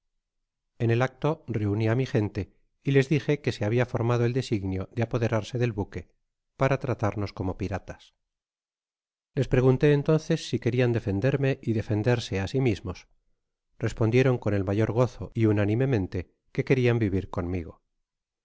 en el acto reuni á mi gente y ies dije que se habia formado el designio de apoderarse del buque para tratarnos como piratas les pregunte entonces si querian defenderme y defenderse á si mismos respondieron con el mayor gozo y unánimemente que querian vivir conmigo